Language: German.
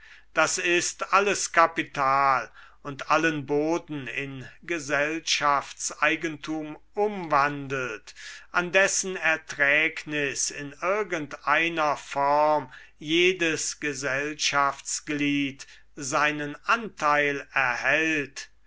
das ist alles kapital und allen boden in gesellschaftseigentum umwandelt an dessen erträgnis in irgend einer form jedes gesellschaftsglied seinen anteil erhält